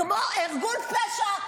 כמו ארגון פשע,